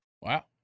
Wow